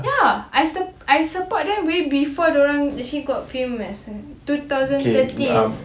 ya I support them way before they actually got famous and two thousand thirty is